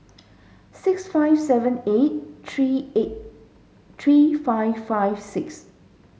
six five seven eight three eight three five five six